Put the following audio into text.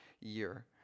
year